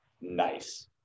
nice